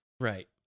right